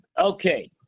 Okay